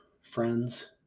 friends